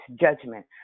judgment